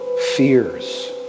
fears